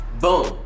Boom